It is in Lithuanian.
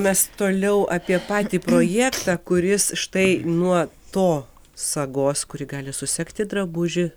mes toliau apie patį projektą kuris štai nuo to sagos kuri gali susegti drabužį